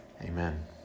amen